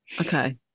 okay